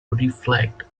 reflect